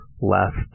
last